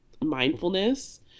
mindfulness